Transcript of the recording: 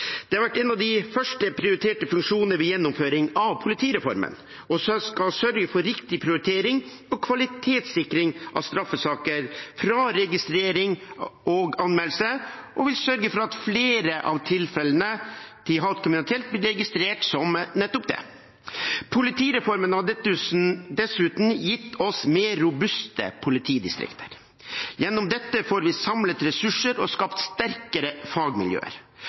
Det har vært en av de første prioriterte funksjoner ved gjennomføring av politireformen og skal sørge for riktig prioritering og kvalitetssikring av straffesaker – fra registrering av anmeldelse – og vil sørge for at flere av tilfellene av hatkriminalitet blir registrert som nettopp det. Politireformen har dessuten gitt oss mer robuste politidistrikter. Gjennom dette får vi samlet ressurser og skapt sterkere fagmiljøer.